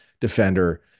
defender